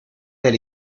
del